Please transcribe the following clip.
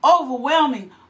overwhelming